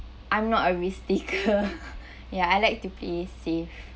I'm not a risk taker ya I like to play safe